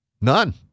None